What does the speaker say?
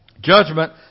Judgment